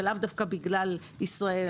ולאו דווקא בגלל ישראל,